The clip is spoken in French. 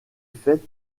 faite